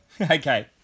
Okay